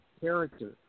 character